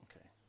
Okay